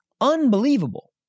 Unbelievable